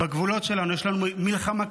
בגבולות שלנו, יש לנו מלחמה כלכלית.